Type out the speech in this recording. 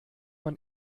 man